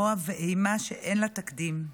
רוע ואימה שאין להם תקדים.